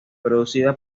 producida